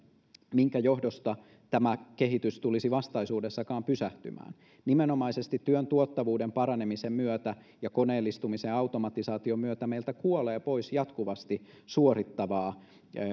minkä johdosta tämä kehitys tulisi vastaisuudessakaan pysähtymään nimenomaisesti työn tuottavuuden paranemisen myötä ja koneellistumisen ja automatisaation myötä meiltä kuolee pois jatkuvasti suorittavaa